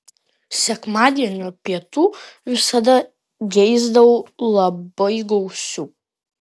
sekmadienio pietų visada geisdavau labai gausių